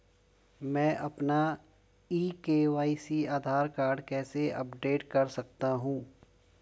मैं अपना e KYC Aadhaar card कैसे अपडेट कर सकता हूँ?